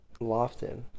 Lofton